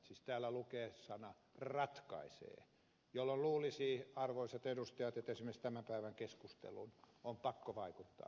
siis täällä lukee sana ratkaisee jolloin luulisi arvoisat edustajat että esimerkiksi tämän päivän keskustelun on pakko vaikuttaa siihen